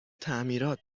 تعمیرات